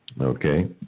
Okay